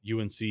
UNC